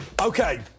Okay